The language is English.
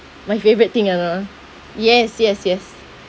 my favourite thing and uh yes yes yes